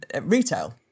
retail